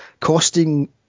costing